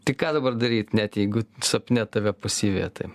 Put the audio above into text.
tai ką dabar daryt net jeigu sapne tave pasiveja tai